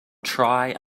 try